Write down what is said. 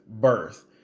birth